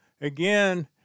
Again